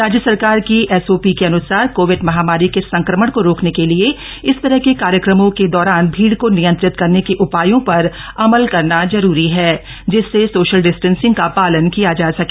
राज्य सरकार की एसओपी के अन्सार कोविड महामारी के संक्रमण को रोकने के लिए इस तरह के कार्यक्रमों के दौरान भीड़ को नियंत्रित करने के उपायों पर अमल करना जरुरी है जिससे सोशल डिस्टेंसिंग का पालन किया जा सके